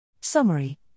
Summary